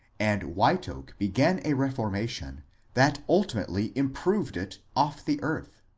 and white oak began a reformation that ultimately improved it off the earth.